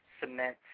cement